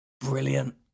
brilliant